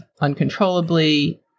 uncontrollably